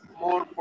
more